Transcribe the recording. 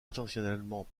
intentionnellement